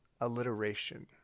alliteration